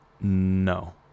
No